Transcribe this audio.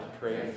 pray